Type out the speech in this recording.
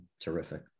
terrific